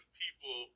people